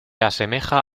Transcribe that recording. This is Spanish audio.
asemeja